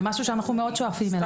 זה משהו שאנחנו מאוד שואפים אליו.